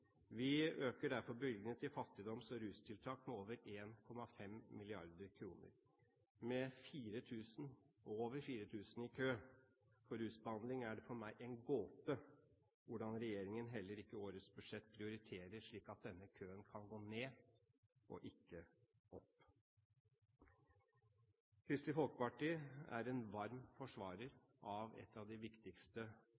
Vi øker derfor bevilgningene til fattigdoms- og rustiltak med over 1,5 mrd. kr. Med over 4 000 personer i kø for rusbehandling er det for meg en gåte hvordan regjeringen heller ikke i årets budsjett prioriterer slik at denne køen kan minke og ikke øke. Kristelig Folkeparti er en varm forsvarer